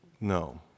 No